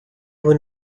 were